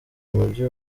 umujyi